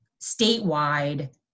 statewide